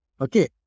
Okay